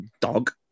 dog